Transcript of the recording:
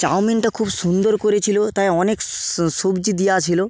চাউমিনটা খুব সুন্দর করেছিল তাই অনেক সবজি দেওয়া ছিল